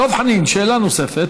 דב חנין, שאלה נוספת.